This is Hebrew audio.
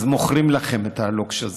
מוכרים לכם את הלוקש הזה,